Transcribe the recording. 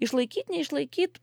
išlaikyt neišlaikyt